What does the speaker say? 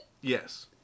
Yes